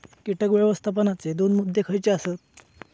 कीटक व्यवस्थापनाचे दोन मुद्दे खयचे आसत?